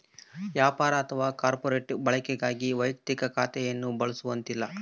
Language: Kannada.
ವ್ಯಾಪಾರ ಅಥವಾ ಕಾರ್ಪೊರೇಟ್ ಬಳಕೆಗಾಗಿ ವೈಯಕ್ತಿಕ ಖಾತೆಯನ್ನು ಬಳಸುವಂತಿಲ್ಲ